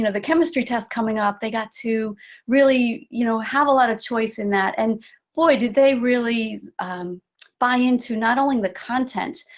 and chemistry test coming up. they got to really, you know, have a lot of choice in that. and boy did they really buy into not only the content,